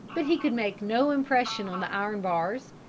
but he could make no impression on the iron bars,